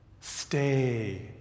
stay